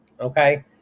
okay